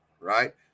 right